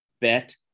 Bet